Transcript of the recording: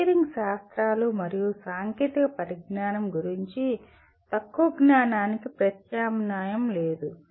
engineering శాస్త్రాలు మరియు సాంకేతిక పరిజ్ఞానం గురించి తక్కువ జ్ఞానానికి ప్రత్యామ్నాయం లేదు